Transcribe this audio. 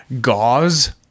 Gauze